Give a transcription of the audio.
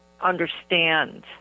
understand